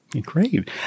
Great